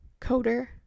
coder